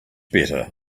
better